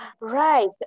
Right